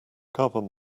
carbon